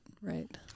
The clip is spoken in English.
right